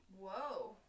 Whoa